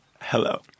Hello